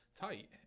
tight